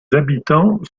habitants